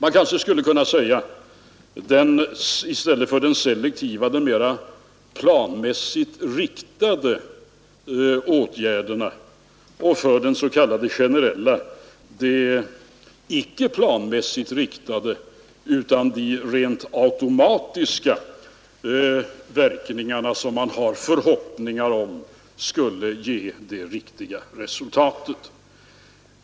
I stället för de selektiva skulle man kanske kunna säga de mera planmässigt riktade åtgärderna och i stället för de s.k. generella de icke planmässigt riktade utan rent automatiska verkningar som man har förhoppningar om skulle ge det riktiga resultatet.